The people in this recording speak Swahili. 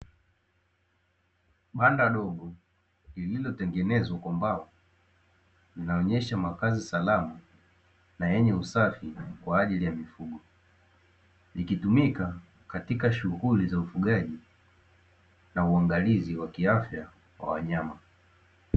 Banda dogo lililotengenezwa kwa mbao linaonyesha makazi salama na yenye usafi kwa ajili ya mifugo. Likitumika katika shughuli za ufugaji na uangalizi wa kiafya wa wanyama.